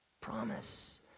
Promise